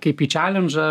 kaip į čelendžą